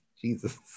Jesus